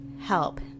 help